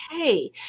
okay